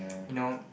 you know